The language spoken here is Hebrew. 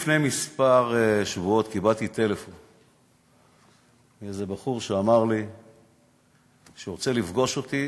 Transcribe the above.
כמה שבועות קיבלתי טלפון מאיזה בחור שאמר לי שהוא רוצה לפגוש אותי.